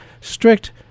strict